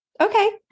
okay